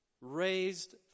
raised